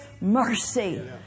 mercy